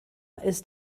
ist